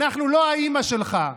אנחנו לא האימא שלך.